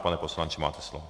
Pane poslanče, máte slovo.